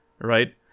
right